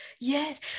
yes